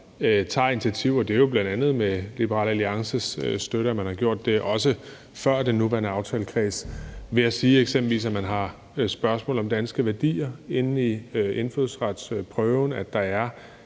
tager initiativer, og det er jo bl. a. med Liberal Alliances støtte, at man har gjort det, også i tiden før den nuværende aftalekreds, ved at sige, eksempelvis, at man har spørgsmål om danske værdier i indfødsretsprøven; at der er